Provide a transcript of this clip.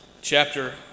chapter